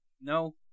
no